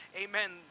amen